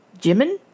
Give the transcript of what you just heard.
Jimin